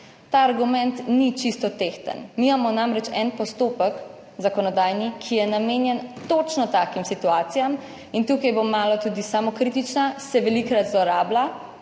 Ta argument ni čisto tehten. Mi imamo namreč en zakonodajni postopek, ki je namenjen točno takim situacijam, in tukaj bom malo tudi samokritična, se velikokrat zlorablja,